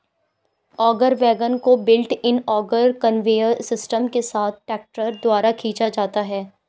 auger wagon को built in auger conveyor system के साथ ट्रैक्टर द्वारा खींचा जाता है